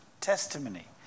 testimony